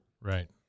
Right